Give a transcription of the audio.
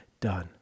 done